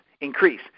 increase